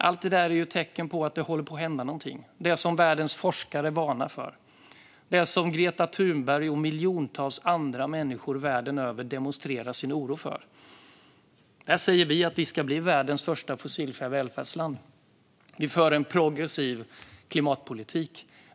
Allt det där är tecken på att det håller på att hända någonting - det som världens forskare varnar för och som Greta Thunberg och miljontals andra människor världen över demonstrerar sin oro för. Vi säger att vi ska bli världens första fossilfria välfärdsland, och vi för en progressiv klimatpolitik.